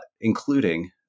including